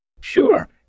Sure